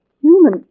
Human